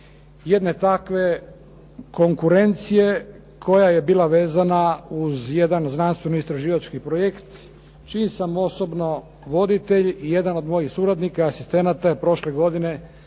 jedne takve konkurencije koja je bila vezana uz jedan znanstveno-istraživački projekt čiji sam osobno voditelj i jedan od mojih suradnika, asistenata je prošle godine